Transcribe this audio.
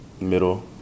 middle